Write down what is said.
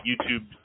YouTube